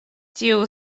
tiu